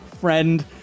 friend